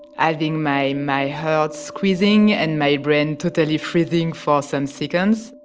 having my my heart squeezing and my brain totally freezing for some seconds.